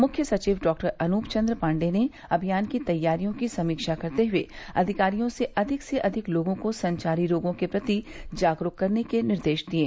मुख्य सचिव डॉक्टर अनूप चन्द्र पाण्डेय ने अभियान की तैयारियों की समीक्षा करते हुए अधिकारियों से अधिक से अधिक लोगों को संचारी रोगों के प्रति जागरूक करने के निर्देश दिये